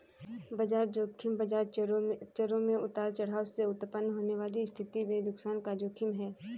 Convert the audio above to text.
बाजार ज़ोखिम बाजार चरों में उतार चढ़ाव से उत्पन्न होने वाली स्थिति में नुकसान का जोखिम है